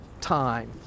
time